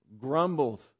grumbled